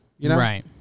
Right